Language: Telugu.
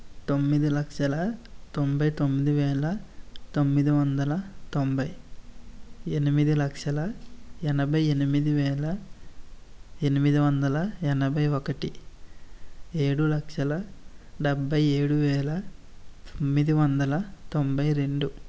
తొమ్మిది లక్షల తొంభై తొమ్మిది వేల తొమ్మిది వందల తొంభై ఎనిమిది లక్షల ఎనభై ఎనిమిది వేల ఎనిమిది వందల ఎనభై ఒకటి ఏడు లక్షల డెబ్భై ఏడు వేల తొమ్మిది వందల తొంభైరెండు